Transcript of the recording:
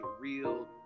real